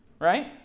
Right